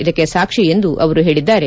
ಇದಕ್ಕೆ ಸಾಕ್ಷಿ ಎಂದು ಅವರು ಹೇಳಿದ್ದಾರೆ